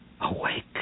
Awake